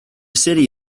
city